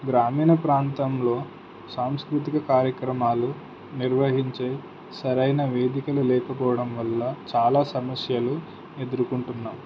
గ్రామీణ ప్రాంతంలో సాంస్కృతిక కార్యక్రమాలు నిర్వహించే సరైన వేదికలు లేకపోవడం వల్ల చాలా సమస్యలు ఎదుర్కొంటున్నాము